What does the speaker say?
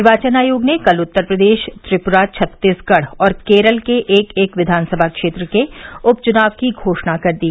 निर्वाचन आयोग ने कल उत्तर प्रदेश त्रिप्रा छत्तीसगढ़ और केरल के एक एक विघानसभा क्षेत्र के उपचुनाव की घोषणा कर दी